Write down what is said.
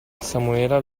samuele